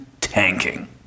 tanking